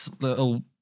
little